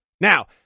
Now